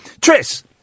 Tris